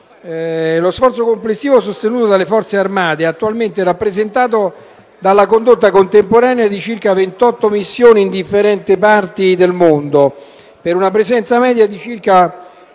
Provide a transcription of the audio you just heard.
lo sforzo complessivo sostenuto è attualmente rappresentato dalla condotta contemporanea di 28 missioni in differenti parti del mondo, per una presenza media di circa